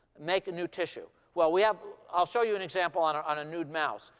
make a new tissue. well, we have i'll show you an example on on a nude mouse.